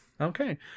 Okay